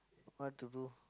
what to do